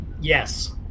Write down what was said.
Yes